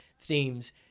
themes